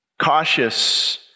Cautious